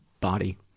body